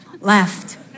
left